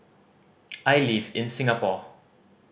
I live in Singapore